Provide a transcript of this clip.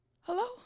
Hello